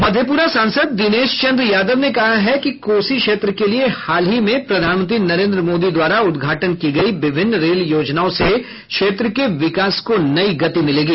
मधेपुरा सांसद दिनेश चंद्र यादव ने कहा है कि कोसी क्षेत्र के लिये हाल में प्रधानमंत्री नरेन्द्र मोदी द्वारा उद्घाटन की गयी विभिन्न रेल योजनाओं से क्षेत्र के विकास को नई गति मिलेगी